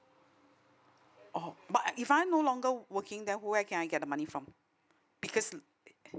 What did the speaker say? oh but if I no longer working then who I can I get the money from because